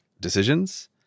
decisions